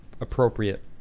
appropriate